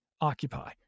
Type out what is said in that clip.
occupy